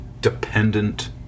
dependent